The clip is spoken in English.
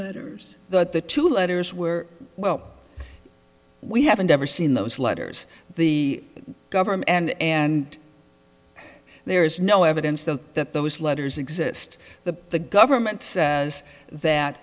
letters that the two letters were well we haven't ever seen those letters the governor and and there is no evidence that those letters exist the the government is that